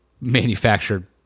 manufactured